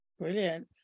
Brilliant